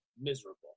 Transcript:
miserable